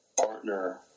partner